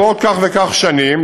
בעוד כך וכך שנים,